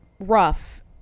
rough